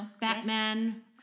Batman